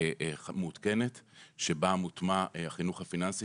מעודכנת שבה מוטמע החינוך הפיננסי